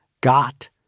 got